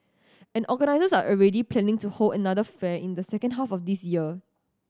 and organisers are already planning to hold another fair in the second half of this year